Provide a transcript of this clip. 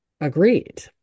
Agreed